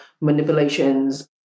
manipulations